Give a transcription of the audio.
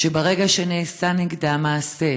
שברגע שנעשה נגדה מעשה,